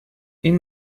این